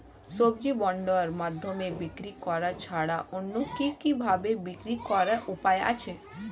সবজি বন্ডের মাধ্যমে বিক্রি করা ছাড়া অন্য কি কি ভাবে বিক্রি করার উপায় আছে?